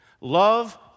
Love